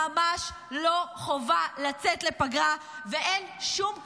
ממש לא חובה לצאת לפגרה, ואין שום כפייה.